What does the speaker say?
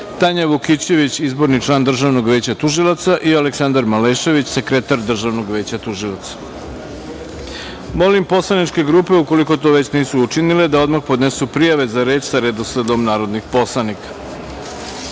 Tanja Vukićević, izborni član Državnog veća tužilaca i Aleksandar Malešević, sekretar državnog veća tužilaca. Molim poslaničke grupe, ukoliko to već nisu učinile. da odmah podnesu prijave za reč sa redosledom narodnih poslanika. Saglasno